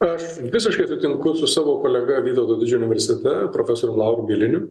aš visiškai sutinku su savo kolega vytauto didžiojo universitete profesorium lauru bieliniu